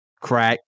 Crack